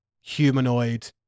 humanoid